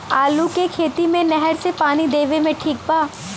आलू के खेती मे नहर से पानी देवे मे ठीक बा?